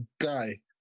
guy